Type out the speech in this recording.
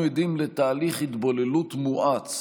אנו עדים לתהליך התבוללות מואץ,